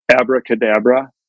Abracadabra